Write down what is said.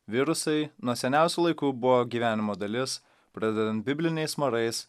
virusai nuo seniausių laikų buvo gyvenimo dalis pradedant bibliniais marais